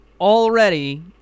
already